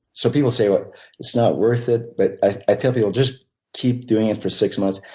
so people say like it's not worth it, but i tell people just keep doing it for six months.